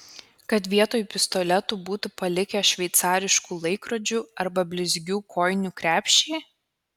kad vietoj pistoletų būtų palikę šveicariškų laikrodžių arba blizgių kojinių krepšį